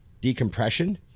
decompression